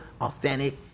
authentic